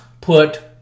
put